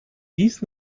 dies